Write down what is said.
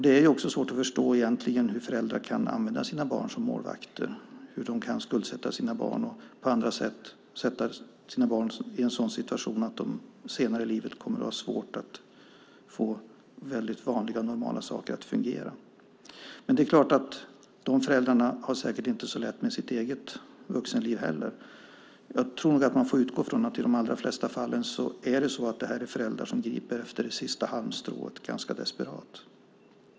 Det är svårt att förstå egentligen hur föräldrar kan använda sina barn som målvakter, hur de kan skuldsätta sina barn och på andra sätt sätta sina barn i en sådan situation att de senare i livet kommer att ha svårt att få vanliga normala saker att fungera. Men de föräldrarna har det säkert inte så lätt med sitt eget vuxenliv heller. Jag tror att man får utgå ifrån att i de allra flesta fall är det föräldrar som griper efter det sista halmstrået ganska desperat.